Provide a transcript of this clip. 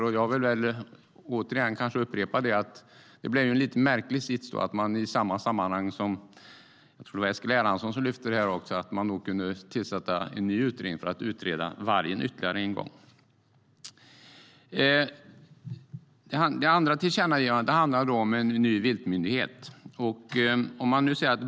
Precis som Eskil Erlandsson tycker jag att det är lite märkligt att man samtidigt tillsätter en ny utredning för att utreda vargen ytterligare en gång. Det andra tillkännagivandet handlar om en ny viltmyndighet.